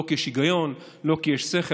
לא כי יש היגיון, לא כי יש שכל.